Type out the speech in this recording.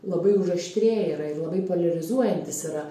labai užaštrėję yra ir labai poliarizuojantys yra